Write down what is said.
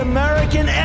American